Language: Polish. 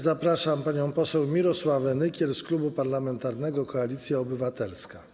Zapraszam panią poseł Mirosławę Nykiel z Klubu Parlamentarnego Koalicja Obywatelska.